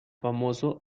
famoso